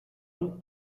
und